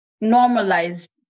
normalized